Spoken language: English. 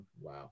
wow